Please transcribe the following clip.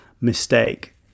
mistake